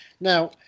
Now